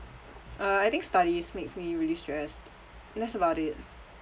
uh I think studies makes me really stressed that's about it